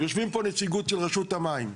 יושבים פה נציגות של רשות המים.